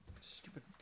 Stupid